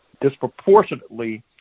disproportionately